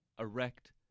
erect